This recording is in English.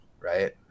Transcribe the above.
right